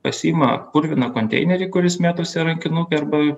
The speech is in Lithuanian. pasiima purviną konteinerį kuris mėtosi rankinuke arba